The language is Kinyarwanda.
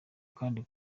kandi